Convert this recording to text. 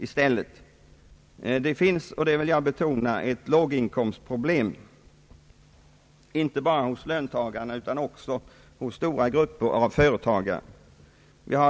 Jag vill betona att det finns ett låginkomstproblem inte bara hos löntagare utan också hos stora grupper av företagare.